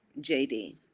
JD